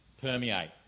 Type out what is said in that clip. permeate